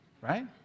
right